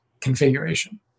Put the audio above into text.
configuration